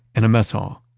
and a mess hall.